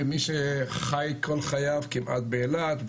כמי שחי כל חייו כמעט באילת,